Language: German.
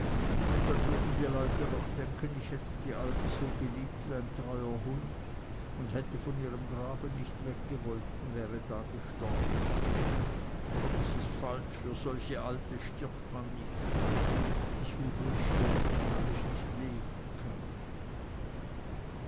und dann würden die leute noch denken ich hätte die alte so geliebt wie ein treuer hund und hätte von ihrem grab nicht weggewollt und wäre da gestorben aber das ist falsch für solche alte stirbt man nicht ich will bloß sterben weil ich nicht leben kann